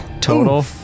Total